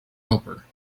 helper